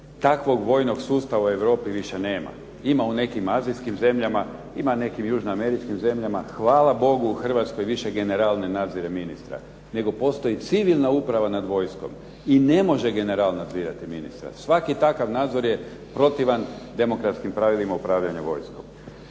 Takvog vojnog sustava u Europi više nema. Ima u nekim azijskim zemljama, ima u nekim južnoameričkim zemljama. Hvala Bogu, u Hrvatskoj više general ne nadzire ministra, nego postoji civilna uprava nad vojskom i ne može general nadzirati ministra. Svaki takav nadzor je protivan demokratskim pravilima upravljanja vojskom.